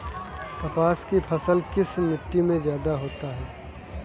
कपास की फसल किस मिट्टी में ज्यादा होता है?